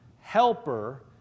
helper